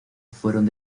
fueron